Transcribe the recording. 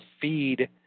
feed